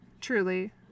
truly